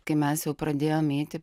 kai mes jau pradėjom eiti